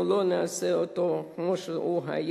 אנחנו לא נעשה אותו כמו שהוא היה.